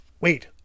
Wait